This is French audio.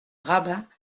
rabin